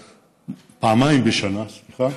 פעמיים בשנה, סליחה.